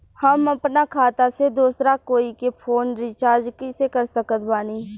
हम अपना खाता से दोसरा कोई के फोन रीचार्ज कइसे कर सकत बानी?